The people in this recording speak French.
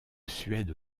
suède